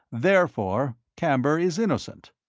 therefore camber is innocent!